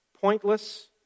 pointless